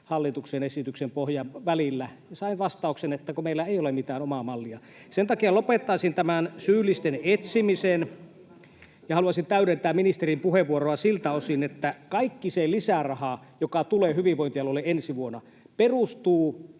hallituksen esityksen pohjan välillä. Sain vastauksen, että meillä ei ole mitään omaa mallia. Sen takia lopettaisin tämän syyllisten etsimisen. Haluaisin täydentää ministerin puheenvuoroa siltä osin, että kaikki se lisäraha, joka tulee hyvinvointialueille ensi vuonna, perustuu